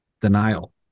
denial